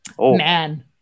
Man